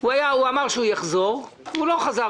הוא אמר שהוא יחזור אליי והוא לא חזר.